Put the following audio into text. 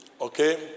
Okay